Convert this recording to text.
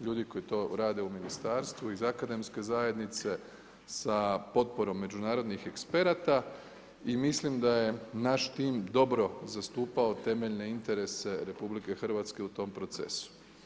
ljudi koji to rade u ministarstvu iz akademske zajednice sa potporom međunarodnim eksperata i mislim da je naš tim dobro zastupao temeljne interese RH u tom procesu.